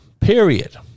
Period